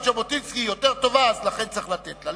ז'בוטינסקי היא טובה יותר ולכן צריך לתת לה,